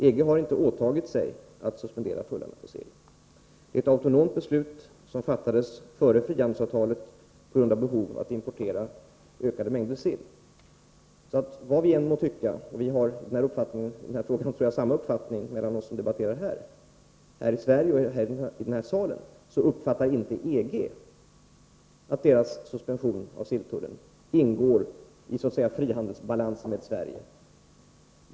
EG har inte åtagit sig att suspendera tullarna på sill. Det var ett autonomt beslut som fattades före frihandelsavtalet på grund av behov av import av ökade mängder sill. Vad vi än må tycka — jag tror att vi som debatterar här i Sverige och i denna sal har samma uppfattning i denna fråga — uppfattar inte EG att dess suspension av silltullen ingår i frihandelsbalansen med Sverige.